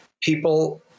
people